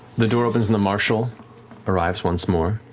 the door opens and the marshal arrives once more.